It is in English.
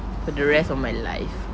for the rest of my life